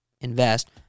invest